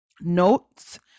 Notes